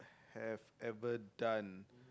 have ever done